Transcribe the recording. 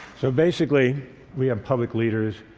so, basically we have public leaders,